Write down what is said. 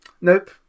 Nope